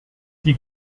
die